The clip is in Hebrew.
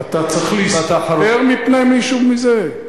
אתה צריך להסתתר מפני מישהו בזה?